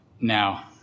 Now